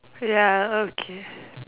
ya okay